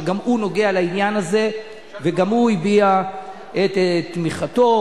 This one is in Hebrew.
שגם הוא נוגע בעניין הזה וגם הוא הביע את תמיכתו,